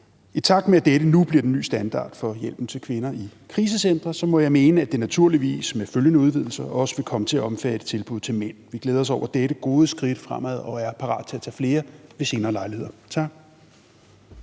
I takt med at dette nu bliver den nye standard for hjælpen til kvinder på krisecentre, må jeg mene, at det naturligvis med følgende udvidelser også vil komme til at omfatte tilbud til mænd. Vi glæder os over dette gode skridt fremad og er parat til at tage flere ved senere lejligheder. Tak.